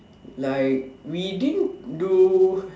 like we didn't do